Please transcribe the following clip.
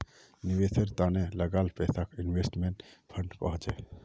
निवेशेर त न लगाल पैसाक इन्वेस्टमेंट फण्ड कह छेक